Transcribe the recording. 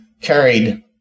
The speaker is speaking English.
carried